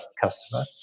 customer